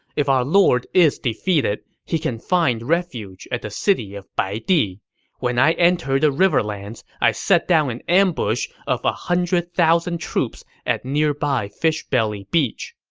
if our lord is defeated, he can find refuge at the city of baidi. when i entered the riverlands, i set down an ambush of one ah hundred thousand troops at nearby fishbelly beach.